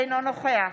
אינו נוכח